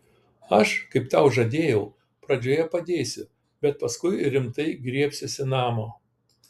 aš kaip tau žadėjau pradžioje padėsiu bet paskui rimtai griebsiuosi namo